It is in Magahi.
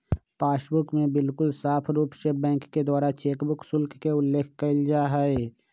पासबुक में बिल्कुल साफ़ रूप से बैंक के द्वारा चेकबुक शुल्क के उल्लेख कइल जाहई